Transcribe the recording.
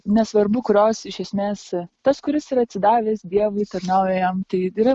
nesvarbu kurios iš esmės tas kuris yra atsidavęs dievui tarnauja jam tai yra